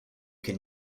can